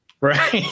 right